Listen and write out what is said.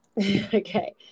Okay